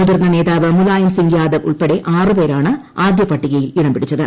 മുതിർന്ന നേതാവ് മുലായംസിംഗ് യാദവ് ഉൾപ്പെടെ ആറുപേരാണ് ആദ്യപട്ടികയിൽ ഇടംപിടിച്ചത്